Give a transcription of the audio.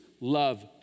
love